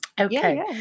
Okay